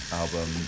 album